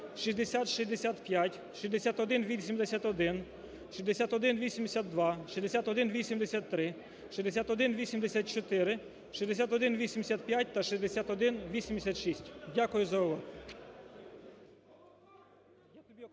6065, 6181, 6182, 6183, 6184, 6185 та 6186. Дякую за увагу.